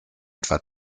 etwa